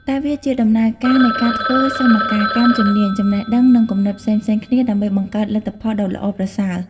តែវាជាដំណើរការនៃការធ្វើសមកាលកម្មជំនាញ ចំណេះដឹង និងគំនិតផ្សេងៗគ្នា ដើម្បីបង្កើតលទ្ធផលដ៏ល្អប្រសើរ។